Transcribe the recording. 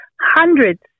hundreds